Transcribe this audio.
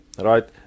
right